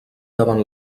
davant